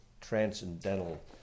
transcendental